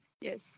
yes